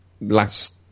last